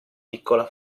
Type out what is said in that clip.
piccola